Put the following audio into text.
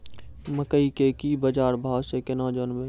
मकई के की बाजार भाव से केना जानवे?